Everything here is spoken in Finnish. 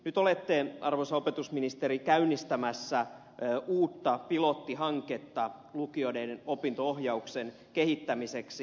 nyt olette arvoisa opetusministeri käynnistämässä uutta pilottihanketta lukioiden opinto ohjauksen kehittämiseksi